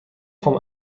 vom